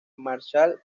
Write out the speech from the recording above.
marshall